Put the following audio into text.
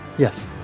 Yes